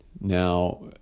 Now